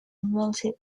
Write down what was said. melted